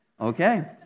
Okay